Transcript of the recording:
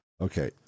okay